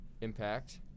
impact